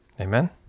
Amen